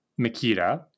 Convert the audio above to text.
Makita